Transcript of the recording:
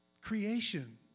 creation